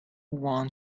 want